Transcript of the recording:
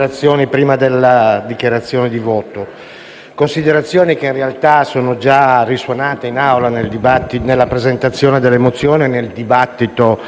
considerazioni già risuonate in Aula nella presentazione delle mozioni, nel dibattito successivo e ancora nelle dichiarazioni di voto.